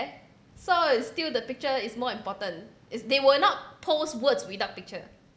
so it's still the picture is more important as they will not post words without picture